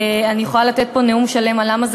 אני יכולה לתת פה נאום שלם על למה זה